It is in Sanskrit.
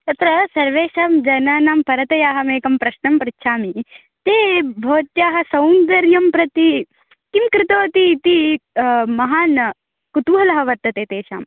तत्र सर्वेषां जनानां परतया अहमेकं प्रश्नं पृच्छामि ते भवत्याः सौन्दर्यं प्रति किं कृतवति इति महान् कुतूहलः वर्तते तेषाम्